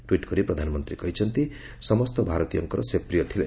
tweet କରି ପ୍ରଧାନମନ୍ତ୍ରୀ କହିଛନ୍ତି ସମସ୍ତ ଭାରତୀୟଙ୍କର ସେ ପ୍ରିୟ ଥିଲେ